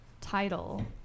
title